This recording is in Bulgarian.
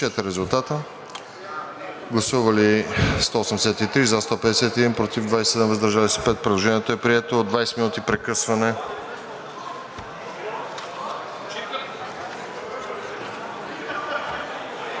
Предложението е прието. 20 минути прекъсване.